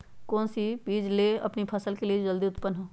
कौन सी बीज ले हम अपनी फसल के लिए जो जल्दी उत्पन हो?